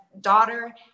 daughter